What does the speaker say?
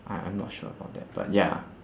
I I'm not sure about that but ya